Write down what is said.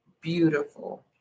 beautiful